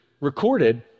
recorded